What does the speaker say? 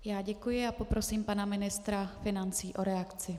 Já děkuji a poprosím pana ministra financí o reakci.